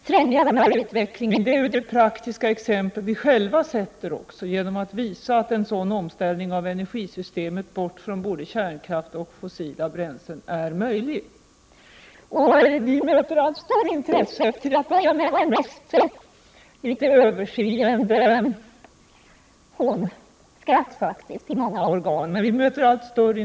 Herr talman! Det allra bästa sättet att främja utvecklingen är det praktiska exempel som vi själva utgör, genom att visa att en omställning av energisystemet bort från både kärnkraft och fossila bränslen är möjlig. Vi möter allt större intresse. Till att börja med möttes vi mest med överseende — och faktiskt i många organ ofta med hånskratt.